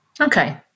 okay